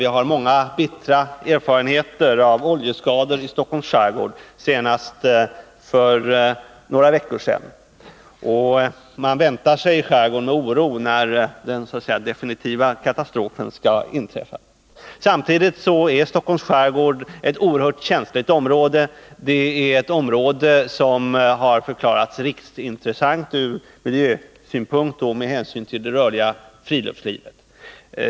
Vi har många bittra erfarenheter av oljeskador i Stockholms skärgård. Den senaste inträffade bara för några veckor sedan, och i skärgården befarar man att en definitiv katastrof kan komma att ske. Stockholms skärgård är ett oerhört känsligt område. Det är samtidigt ett område som förklarats vara riksintressant ur miljösynpunkt och med hänsyn till det rörliga friluftslivet.